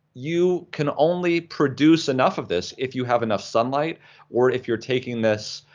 you can only produce enough of this if you have enough sunlight or if you're taking this